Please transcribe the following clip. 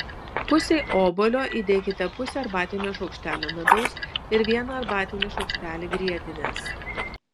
pusei obuolio įdėkite pusę arbatinio šaukštelio medaus ir vieną arbatinį šaukštelį grietinės